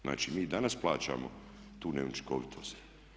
Znači, mi i danas plaćamo tu neučinkovitost.